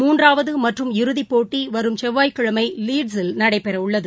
மூன்றாவது மற்றும் இறுதிப்போட்டி வரும் செவ்வாய்க்கிழமை லீட்சில் நடைபெற உள்ளது